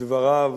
דבריו